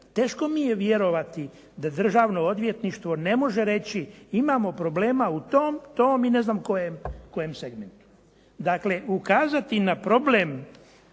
Teško mi je vjerovati da državno odvjetništvo ne može reći imamo problema u tom, tom i ne znam kojem segmentu. Dakle, ukazati na problem